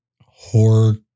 horror